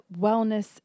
wellness